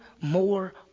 more